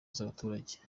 z’abaturage